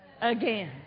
again